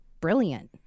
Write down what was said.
brilliant